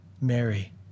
Mary